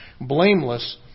blameless